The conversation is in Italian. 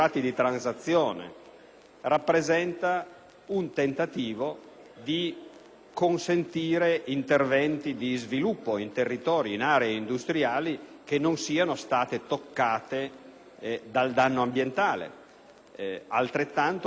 rappresenta un tentativo di consentire interventi di sviluppo in territori e in aree industriali che non siano state toccate dal danno ambientale. Esso consente,